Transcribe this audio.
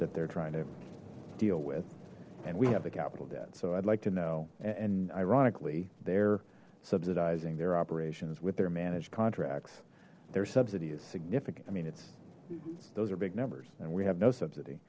that they're trying to deal with and we have the capital debt so i'd like to know and ironically they're subsidizing their operations with their manage contracts their subsidy is significant i mean it's those are big numbers and we have no subsidy